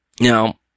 Now